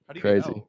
Crazy